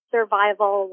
Survival